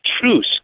truce